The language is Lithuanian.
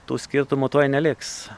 tų skirtumų tuoj neliks